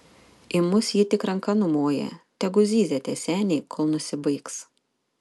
į mus ji tik ranka numoja tegu zyzia tie seniai kol nusibaigs